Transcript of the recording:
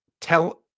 Tell